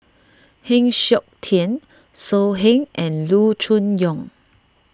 Heng Siok Tian So Heng and Loo Choon Yong